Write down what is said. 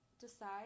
decide